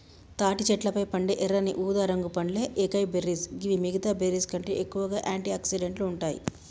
తాటి చెట్లపై పండే ఎర్రని ఊదారంగు పండ్లే ఏకైబెర్రీస్ గివి మిగితా బెర్రీస్కంటే ఎక్కువగా ఆంటి ఆక్సిడెంట్లు ఉంటాయి